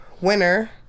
winner